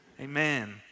Amen